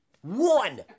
One